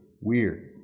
Weird